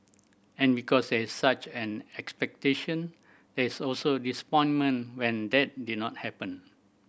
and because is such an expectation there is also disappointment when that did not happen